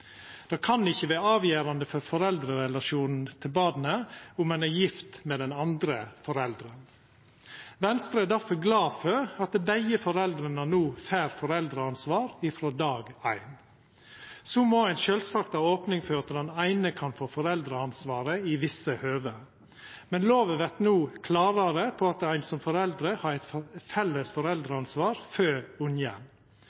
Det kan ikkje vera avgjerande for foreldrerelasjonen til barnet om ein er gift med den andre forelderen. Venstre er difor glad for at begge foreldra no får foreldreansvar frå dag éin. Så må ein sjølvsagt ha opning for at den eine kan få foreldreansvaret i visse høve, men lova vert no klarare på at ein som foreldre har eit felles foreldreansvar for